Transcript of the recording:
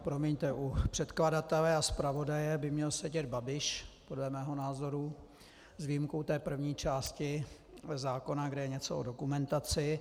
Promiňte, u předkladatele a zpravodaje by měl sedět Babiš podle mého názoru, s výjimkou té první části zákona, kde je něco o dokumentaci.